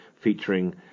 featuring